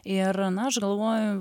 ir na aš galvoju